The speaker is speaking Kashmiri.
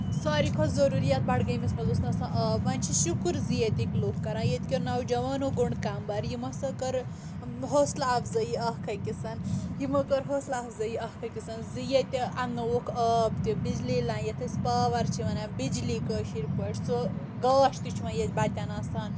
ساروی کھۄتہٕ ضروٗری یَتھ بڈگٲمِس منٛز اوس نہٕ آسان آب وۄنۍ چھُ شُکُر زِ ییٚتِکۍ لُکھ کران ییٚتِکیو نوجوانو گوٚنٛڈ کمبر یِم ہسا کٔر حوصلہٕ اَفضٲیی اکھ أکِس یِمو کٔر حوصلہٕ اَفضٲیی اکھ أکِس زِ ییٚتہِ اَنٕنووُکھ آب تہِ بِجلی لایِن یَتھ أسۍ پاور چھِ وَنان بِجلی کٲشِر پٲٹھۍ سُہ گاش تہِ چھُ وۄنۍ ییٚتہِ بتٮ۪ن آسان